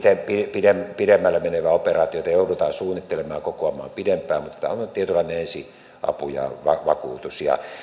pidemmälle pidemmälle menevä operaatio joita joudutaan suunnittelemaan ja kokoamaan pidempään mutta tämä on nyt tietynlainen ensiapu ja vakuutus